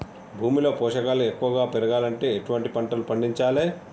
భూమిలో పోషకాలు ఎక్కువగా పెరగాలంటే ఎటువంటి పంటలు పండించాలే?